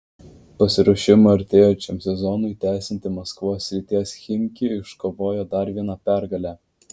pasiruošimą artėjančiam sezonui tęsianti maskvos srities chimki iškovojo dar vieną pergalę